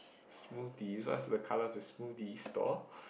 smoothie what's the colour of the smoothie stall